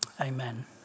amen